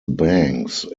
banks